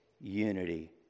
unity